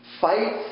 fight